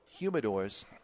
humidors